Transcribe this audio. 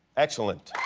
excellent.